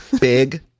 Big